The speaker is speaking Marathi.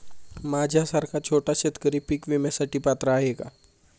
माझ्यासारखा छोटा शेतकरी पीक विम्यासाठी पात्र आहे का?